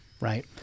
right